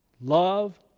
Love